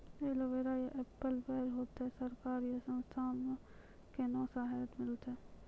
Aloe vera या apple बैर होते? सरकार या संस्था से कोनो सहायता मिलते?